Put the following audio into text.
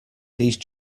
these